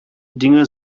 dinge